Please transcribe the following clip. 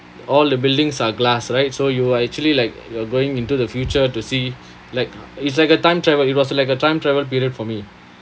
all the buildings are glass right so you are actually like you are going into the future to see like it's like a time travel it was like a time travel period for me